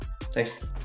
Thanks